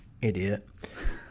Idiot